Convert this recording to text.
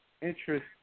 Interest